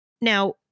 Now